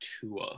Tua